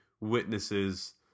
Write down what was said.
witnesses